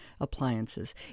appliances